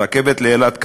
הרכבת לאילת,